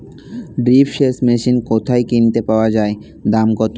Drip সেচ machine কোথায় কিনতে পাওয়া যায় দাম কত?